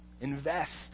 Invest